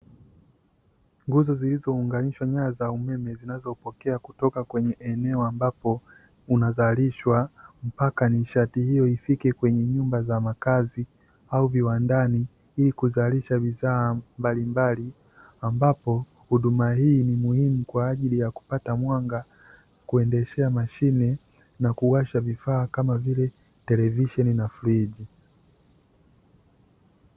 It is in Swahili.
Nguzo zilizounganishwa nyaya za umeme zinazopokea kutoka kwenye eneo ambapo unazalishwa, mpaka nishati hiyo ifike kwenye nyumba za makazi au viwandani, ili kuzalisha bidhaa mbali mbali, ambapo huduma hii ni muhimu kwaajili ya kupata mwanga, kuendeshea mashine na kuwasha vifaa kama vile, televisheni na friji.